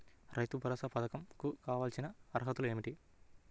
రైతు భరోసా పధకం కు కావాల్సిన అర్హతలు ఏమిటి?